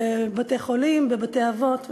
בבתי-חולים, בבתי-אבות וכו'.